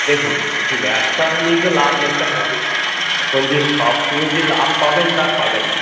দেখুন ব্যবসা মানেই তো লাভ লোকসান হবেই এখন যে সবসময়ই যে লাভ পাবেন তা পাবেন না